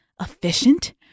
efficient